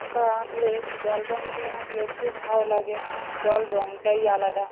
আঁকা আঁকলে জল রং দিয়ে আঁকলে খুব ভালো লাগে জল রঙটাই আলাদা